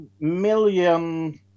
million